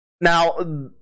now